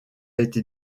été